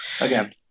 again